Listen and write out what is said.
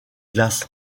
glace